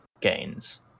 gains